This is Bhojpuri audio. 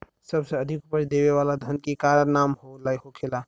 सबसे अधिक उपज देवे वाला धान के का नाम होखे ला?